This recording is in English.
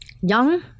young